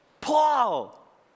Paul